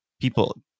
people